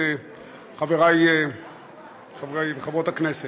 חבריי חברי וחברות הכנסת,